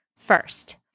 First